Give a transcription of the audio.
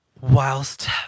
Whilst